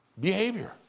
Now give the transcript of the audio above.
behavior